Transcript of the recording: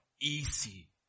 easy